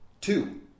two